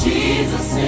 Jesus